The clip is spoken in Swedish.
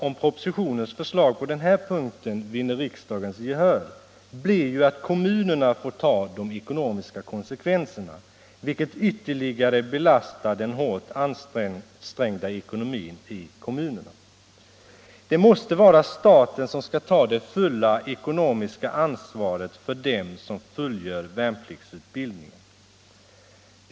Om propositionens förslag på denna punkt vinner riksdagens gehör blir resultatet att kommunerna får ta de ekonomiska konsekvenserna, vilket ytterligare belastar den hårt ansträngda ekonomin i kommunerna. Det måste vara statens plikt att ta det fulla ekonomiska ansvaret för dem som fullgör värnpliktsutbildningen.